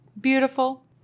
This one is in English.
beautiful